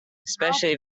especially